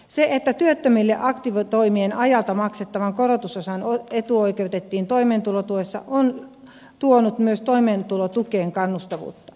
se että työttömille aktiivitoimien ajalta maksettava korotusosa etuoikeutettiin toimeentulotuessa on tuonut myös toimeentulotukeen kannustavuutta